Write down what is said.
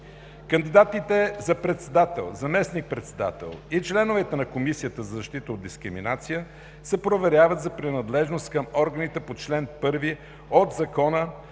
Кандидатите за председател, заместник-председател и членове на Комисията за защита от дискриминация се проверяват за принадлежност към органите по чл. 1 от Закона